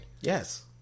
Yes